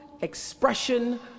expression